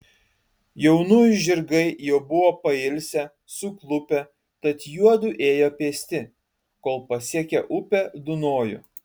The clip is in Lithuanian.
jaunųjų žirgai jau buvo pailsę suklupę tad juodu ėjo pėsti kol pasiekė upę dunojų